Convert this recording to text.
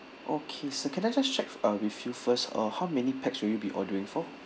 okay sir can I just check uh with you first uh how many pax will you be ordering for